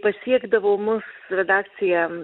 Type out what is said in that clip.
pasiekdavo mus redakciją